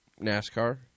NASCAR